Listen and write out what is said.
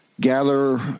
Gather